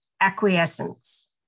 acquiescence